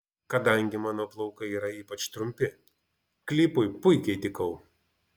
kadangi mano plaukai yra ypač trumpi klipui puikiai tikau